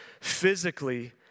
physically